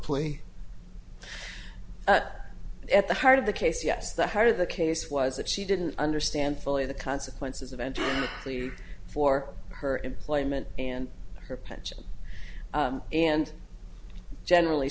play at the heart of the case yes the heart of the case was that she didn't understand fully the consequences of and for her employment and her pension and generally